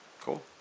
Cool